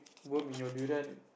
worm in your durian